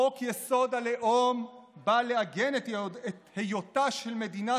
חוק-יסוד: הלאום בא לעגן את היותה של מדינת